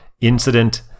incident